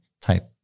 type